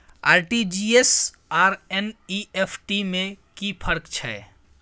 RTG S आर NEFT में कि फर्क छै?